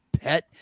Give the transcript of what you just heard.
pet